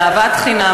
על אהבת חינם,